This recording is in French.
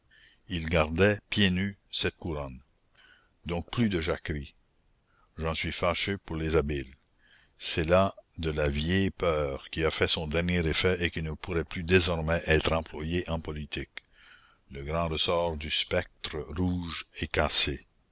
ils gardaient pieds nus cette couronne donc plus de jacquerie j'en suis fâché pour les habiles c'est là de la vieille peur qui a fait son dernier effet et qui ne pourrait plus désormais être employée en politique le grand ressort du spectre rouge est cassé